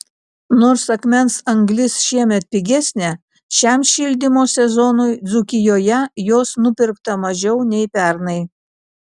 nors akmens anglis šiemet pigesnė šiam šildymo sezonui dzūkijoje jos nupirkta mažiau nei pernai